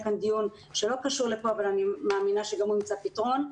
אולי דיון שלא קשור לפה אבל אני מאמינה שגם הוא ימצא פתרון,